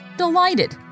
delighted